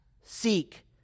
seek